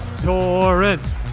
Torrent